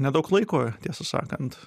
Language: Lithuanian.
nedaug laiko tiesą sakant